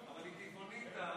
טבעונית,